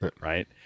right